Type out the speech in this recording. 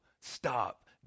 stop